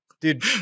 Dude